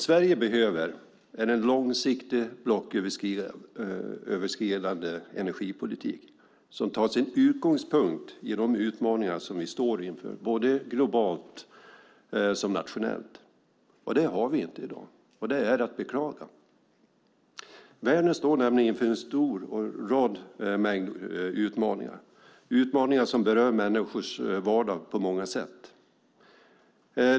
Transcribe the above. Sverige behöver en långsiktig blocköverskridande energipolitik som tar sin utgångspunkt i de utmaningar som vi står inför såväl globalt som nationellt. Det har vi inte i dag, och det är att beklaga. Världen står nämligen inför en rad utmaningar, utmaningar som berör människors vardag på många sätt.